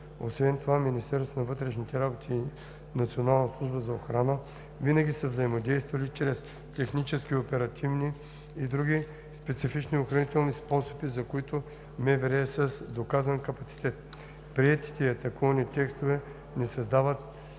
Освен това Министерството на вътрешните работи и Националната служба за охрана винаги са взаимодействали чрез технически, оперативни и други специфични охранителни способи, за които МВР е с доказан капацитет. Приетите и атакувани текстове не създават